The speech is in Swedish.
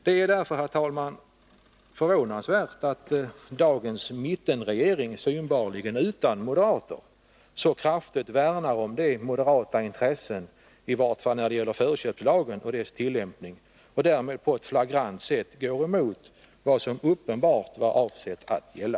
Det är därför, herr talman, förvånansvärt att dagens mittenregering, synbarligen utan moderater, så kraftigt värnar om de moderata intressena, i vart fall när det gäller förköpslagen och dess tillämpning, och därmed på ett flagrant sätt går emot vad som uppenbart var avsett att gälla.